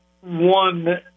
one